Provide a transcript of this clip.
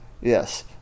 Yes